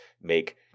make –